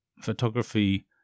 photography